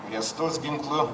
kurie stos ginklu